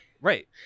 Right